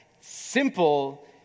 simple